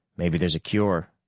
maybe there's a cure.